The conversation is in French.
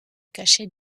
cacher